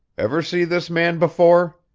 ever see this man before?